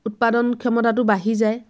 উৎপাদন ক্ষমতাটো বাঢ়ি যায়